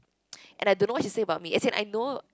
and I don't know what she say about me as in I know